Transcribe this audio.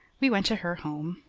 we went to her home,